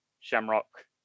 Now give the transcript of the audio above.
Shamrock